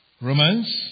Romans